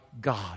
God